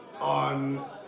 on